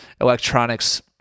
electronics